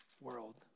world